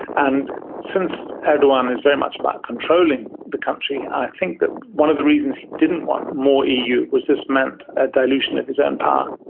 and since erdogan is very much about controlling the country, i think that one of the reasons he didn't want more eu was this meant a dilution of his own power.